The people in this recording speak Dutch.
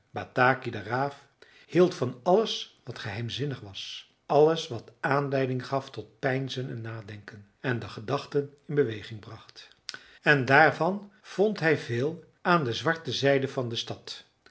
bataki de raaf hield van alles wat geheimzinnig was alles wat aanleiding gaf tot peinzen en nadenken en de gedachten in beweging bracht en daarvan vond hij veel aan de zwarte zijde van de stad